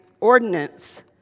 ordinance